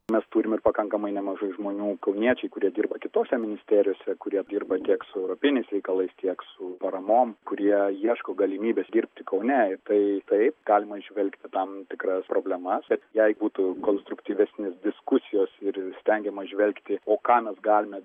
mes turim ir pakankamai nemažai žmonių kauniečiai kurie dirba kitose ministerijose kurie dirba tiek su europiniais reikalais tiek su paramom kurie ieško galimybės dirbti kaune tai taip galima įžvelgti tam tikras problemas bet jei būtų konstruktyvesnės diskusijos ir stengiama žvelgti o ką mes galime